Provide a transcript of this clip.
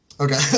Okay